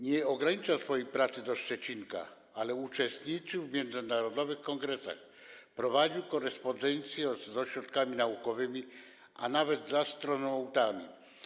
Nie ograniczał swojej pracy do Szczecinka, ale uczestniczył w międzynarodowych kongresach, prowadził korespondencję z ośrodkami naukowymi, a nawet z astronautami.